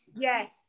Yes